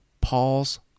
Paul's